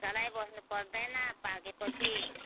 चलाइबस्नु पर्दैन पाकेपछि